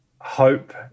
Hope